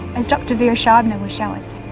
as dr viera scheibner, will show us.